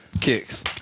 Kicks